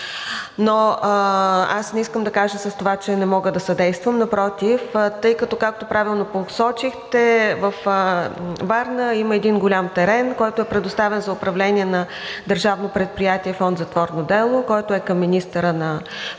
Но аз не искам да кажа с това, че не мога да съдействам, напротив, тъй като, както правилно посочихте, във Варна има един голям терен, който е предоставен за управление на Държавно предприятие